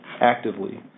actively